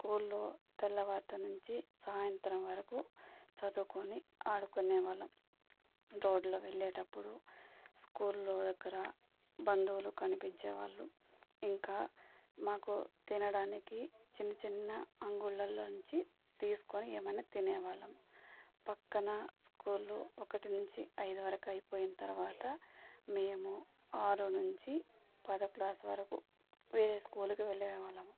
స్కూల్లో తెల్లవారి నుంచి సాయంత్రం వరకు చదువుకొని ఆడుకునే వాళ్ళం రోడ్లో వెళ్ళేటప్పుడు స్కూల్లో దగ్గర బంధువులు కనిపించే వాళ్ళు ఇంకా మాకు తినడానికి చిన్న చిన్న అంగుళాల నుంచి తీసుకొని ఏమన్నా తినే వాళ్ళం పక్కన స్కూల్లు ఒకటి నుంచి ఐదు వరకు అయిపోయిన తర్వాత మేము ఆరు నుంచి పదో క్లాస్ వరకు వేరే స్కూల్కి వెళ్ళే వాళ్ళము